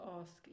ask